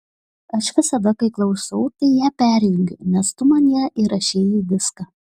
aš visada kai klausau tai ją perjungiu nes tu man ją įrašei į diską